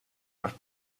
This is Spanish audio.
más